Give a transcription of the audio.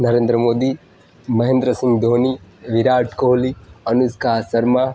Narendra Modi Mahendra Singh Dhoni Virat Kohli Anushka Sharma